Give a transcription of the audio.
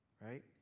right